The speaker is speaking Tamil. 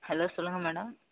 ஹலோ சொல்லுங்கள் மேடம்